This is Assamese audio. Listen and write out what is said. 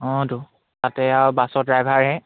অঁতো তাতে আৰু বাছৰ ড্ৰাইভাৰহে